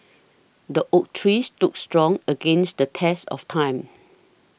the oak tree stood strong against the test of time